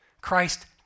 Christ